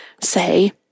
say